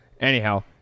Anyhow